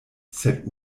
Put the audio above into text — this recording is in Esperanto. sed